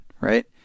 right